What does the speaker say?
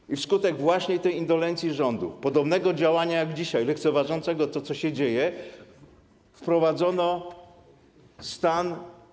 Właśnie wskutek tej indolencji rządu, podobnego działania jak dzisiaj, lekceważącego to, co się dzieje, wprowadzono stan.